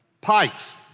Pikes